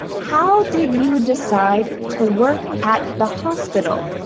how did you decide to work at the hospital?